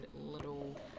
little